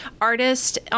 artist